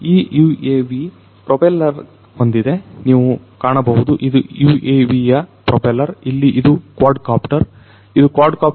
ಈ UAV propeller ಹೊಂದಿದೆ ನೀವು ಕಾಣಬಹುದು ಇದು UAVಯ ಪ್ರೋಪೆಲ್ಲರ್ ಇಲ್ಲಿ ಇದು ಕ್ವಾಡ್ ಕಾಪ್ಟರ್ ಇದು ಕ್ವಾಡ್ ಕಾಪ್ಟರ್